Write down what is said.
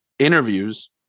interviews